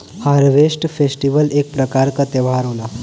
harvest festival एक प्रकार क त्यौहार होला